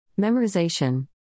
Memorization